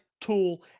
tool